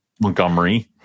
Montgomery